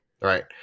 Right